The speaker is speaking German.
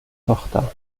tochter